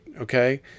Okay